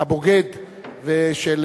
"הבוגד בירושלים",